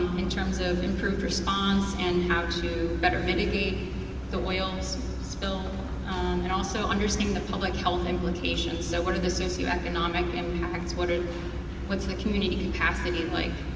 in terms of improved response and how to better mitigate the oil spill and also understanding the public health implications so what are the socioeconomic impacts, ah what's the community capacity like?